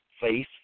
faith